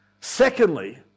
Secondly